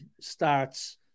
starts